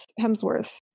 Hemsworth